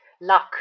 luck